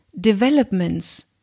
developments